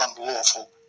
unlawful